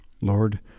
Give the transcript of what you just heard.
Lord